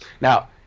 Now